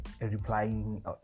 replying